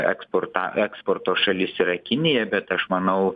eksporta eksporto šalis yra kinija bet aš manau